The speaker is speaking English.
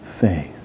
faith